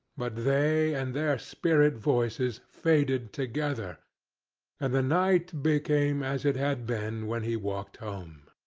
but they and their spirit voices faded together and the night became as it had been when he walked home.